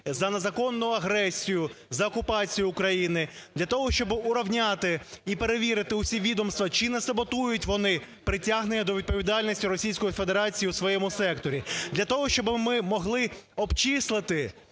за незаконну агресію, за окупацію України, для того, щоб урівняти і перевірити всі відомства, чи не саботують вони притягнення до відповідальності Російської Федерації у своєму секторі, для того, щоб ми могли обчислити,